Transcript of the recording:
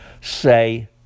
say